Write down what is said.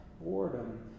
boredom